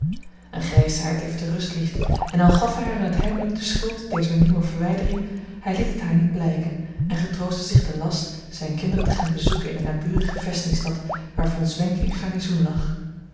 een grijsaard heeft de rust lief en al gaf hij haar in t heimelijk de schuld dezer nieuwe verwijdering hij liet het haar niet blijken en getroostte zich den last zijne kinderen te gaan bezoeken in de naburige vestingstad waar von zwenken in garnizoen lag